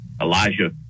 Elijah